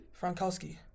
Frankowski